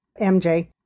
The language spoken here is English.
MJ